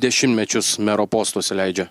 dešimtmečius mero postuose leidžia